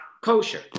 kosher